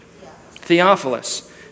Theophilus